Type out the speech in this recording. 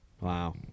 Wow